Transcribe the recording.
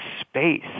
space